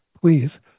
please